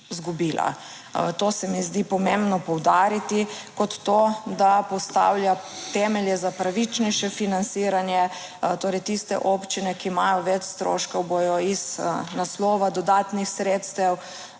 To se mi zdi pomembno poudariti, kot to, da postavlja temelje za pravičnejše financiranje, torej tiste občine, ki imajo več stroškov, bodo iz naslova dodatnih sredstev